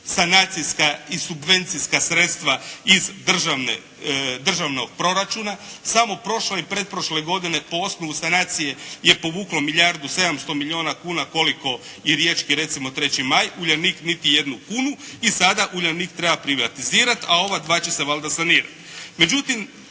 sanacijska i subvencijska sredstva iz državnog proračuna. Samo prošle i pretprošle godine po osnovu sanacije je povuklo milijardu 700 milijuna kuna koliko je riječki recimo "3. maj", "Uljanik" niti jednu kunu. I sada Uljanik treba privatizirati a ova dva će se valjda sanirati. Međutim,